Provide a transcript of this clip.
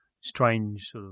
strange